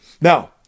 Now